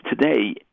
today